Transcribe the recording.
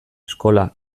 eskola